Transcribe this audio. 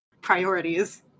Priorities